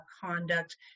conduct